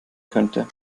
könnte